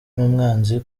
n’umwanzi